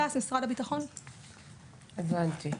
נכון.